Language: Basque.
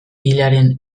hilaren